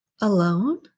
Alone